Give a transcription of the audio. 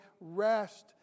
rest